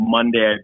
Monday